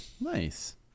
Nice